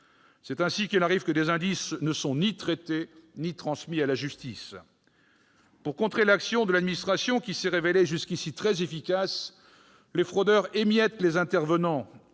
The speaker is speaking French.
C'est ainsi qu'il arrive que des indices ne soient ni traités ni transmis à la justice. Pour contrer l'action de l'administration, qui s'est révélée jusqu'à présent très efficace, les fraudeurs émiettent les intervenants